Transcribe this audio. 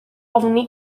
ofni